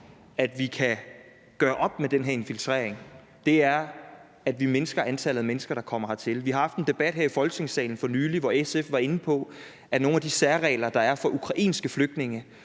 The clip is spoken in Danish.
at vi kan gøre op med den her infiltrering, er, at vi mindsker antallet af mennesker, der kommer hertil. Vi har haft en debat her i Folketingssalen for nylig, hvor SF var inde på, at nogle af de særregler, der er for ukrainske flygtninge,